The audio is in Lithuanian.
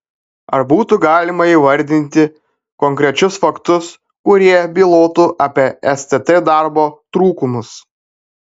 ar būtų galima įvardyti konkrečius faktus kurie bylotų apie stt darbo trūkumus